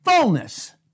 fullness